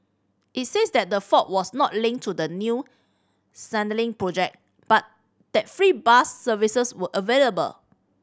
it says that the fault was not linked to the new project and that free bus services were available